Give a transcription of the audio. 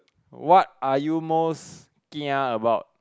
what are you most kia about